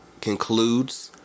concludes